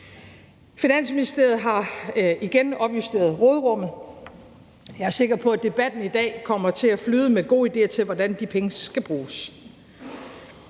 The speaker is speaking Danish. Finansministeriet har igen opjusteret råderummet. Jeg er sikker på, at debatten i dag kommer til at flyde med gode idéer til, hvordan de penge skal bruges.